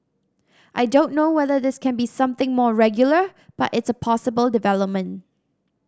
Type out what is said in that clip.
I don't know whether this can be something more regular but it's a possible development